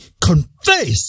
confess